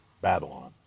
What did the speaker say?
Babylon